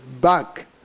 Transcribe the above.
back